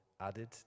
added